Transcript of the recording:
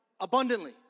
abundantly